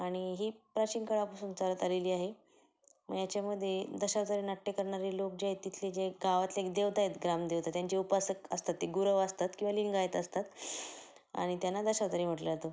आणि ही प्राचीन काळापासून चालत आलेली आहे मग याच्यामध्ये दशावतारी नाट्य करणारे लोक जे आहेत तिथले जे गावातले एक देवता आहेत ग्रामदेवता त्यांचे उपासक असतात ते गुरव असतात किंवा लिंगायत असतात आणि त्यांना दशावतारी म्हटलं जातं